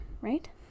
right